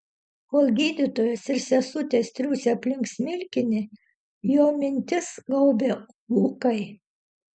kol gydytojas ir sesutės triūsė aplink smilkinį jo mintis gaubė ūkai